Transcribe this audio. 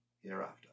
hereafter